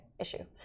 issue